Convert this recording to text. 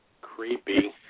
Creepy